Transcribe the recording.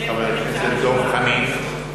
חבר הכנסת דב חנין,